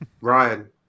Ryan